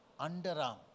underarm